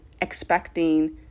expecting